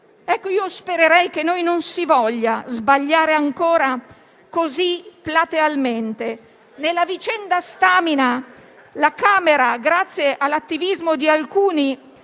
Spererei che non si voglia sbagliare ancora così platealmente. Nella vicenda Stamina la Camera, grazie all'attivismo di alcuni,